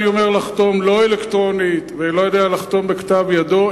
אני אומר: לא אלקטרונית ולא לחתום בכתב ידו,